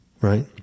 right